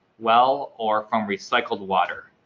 well, or from recycled water?